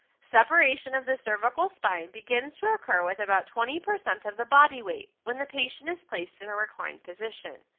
separation of the cervical spine begins to occur with about twenty percent of the body weight when the patient is placed in a reclining position.